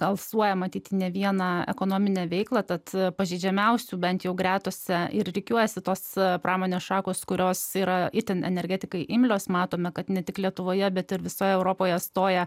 alsuoja matyt ne vieną ekonominę veiklą tad pažeidžiamiausių bent jau gretose ir rikiuojasi tos pramonės šakos kurios yra itin energetikai imlios matome kad ne tik lietuvoje bet ir visoje europoje stoja